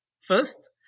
first